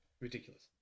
ridiculous